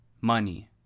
money